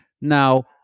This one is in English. Now